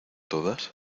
todas